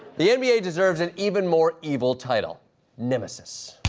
the nba deserves an even more evil title nemesis.